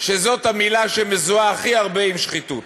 שזאת המילה שמזוהה הכי הרבה עם שחיתות.